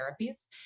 therapies